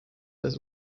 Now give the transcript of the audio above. dass